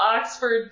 Oxford